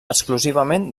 exclusivament